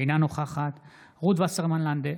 אינה נוכחת רות וסרמן לנדה,